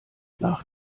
nach